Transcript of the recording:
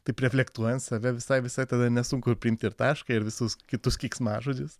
taip reflektuojant save visai visai tada nesunku ir priimti ir tašką ir visus kitus keiksmažodžius